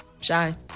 Shy